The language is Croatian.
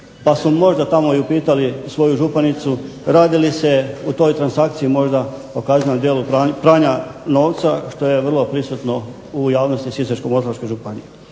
pa su možda i upitali svoju županicu radi li se u toj transakciji možda o kazneno djelu pranja novca, što je vrlo prisutno u javnosti Sisačko-moslavačke županije.